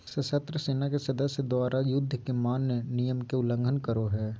सशस्त्र सेना के सदस्य द्वारा, युद्ध के मान्य नियम के उल्लंघन करो हइ